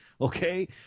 okay